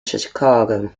chicago